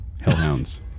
Hellhounds